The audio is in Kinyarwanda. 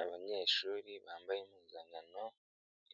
Abanyeshuri bambaye impuganano,